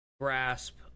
grasp